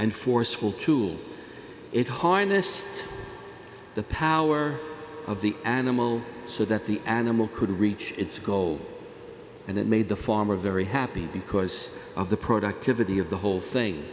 and forceful tool it harnessed the power of the animal so that the animal could reach its goal and that made the farmer very happy because of the productivity of the whole thing